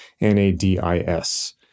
N-A-D-I-S